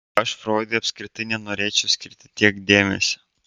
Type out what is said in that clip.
aš froidui apskritai nenorėčiau skirti tiek dėmesio